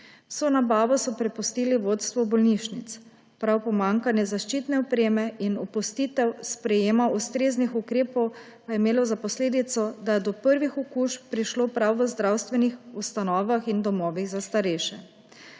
Vso nabavo so prepustili vodstvu bolnišnic. Prav pomanjkanje zaščitne opreme in opustitev sprejetja ustreznih ukrepov je imelo za posledico, da je do prvih okužb prišlo prav v zdravstvenih ustanovah in domovih za starejše.